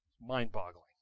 Mind-boggling